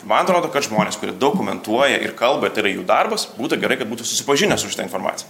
man atrodo kad žmonės kurie daug komentuoja ir kalba ir tai yra jų darbas būta gerai kad būtų susipažinęs su šita informacija